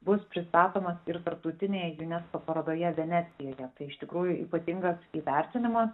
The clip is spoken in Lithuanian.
bus pristatomas ir tarptautinėje unesco parodoje venecijoje tai iš tikrųjų ypatingas įvertinimas